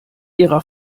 ihrer